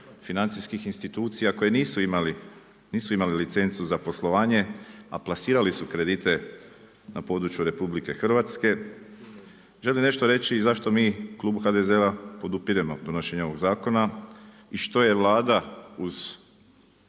financijskih institucija koje nisu imale licencu za poslovanje a plasirali su kredite na području RH. Želim nešto reći i zašto mi u klubu HDZ-a podupiremo donošenje ovog zakona i što je Vlada uz